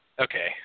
okay